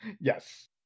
Yes